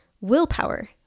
willpower